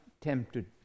tempted